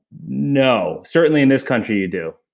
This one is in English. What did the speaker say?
no. certainly in this country you do.